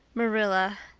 marilla,